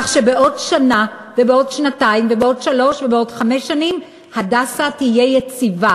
כך שבעוד שנה ובעוד שנתיים ובעוד שלוש ובעוד חמש שנים "הדסה" יהיה יציב.